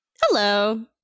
Hello